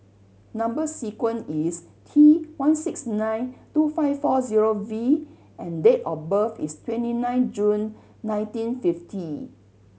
number sequence is T one six nine two five four zero V and date of birth is twenty nine June nineteen fifty